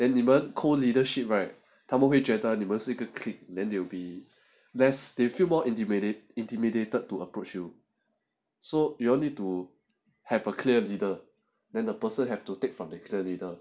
then 你们 core leadership right 他们会觉得你们是一个 clique then they will be less they feel more integrated intimidated to approach you so you'll need to have a clear leader than the person have to take from the leader